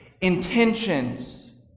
intentions